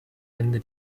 ende